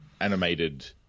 animated